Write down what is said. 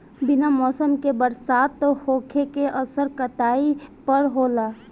बिना मौसम के बरसात होखे के असर काटई पर होला